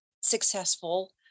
successful